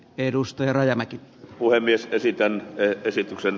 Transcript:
edustaja rajamäki puhemies esitän esityksen